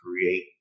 create